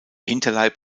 hinterleib